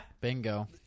bingo